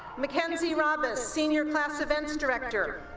mackenzie rabas, senior class events director